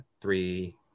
Three